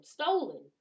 stolen